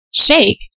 shake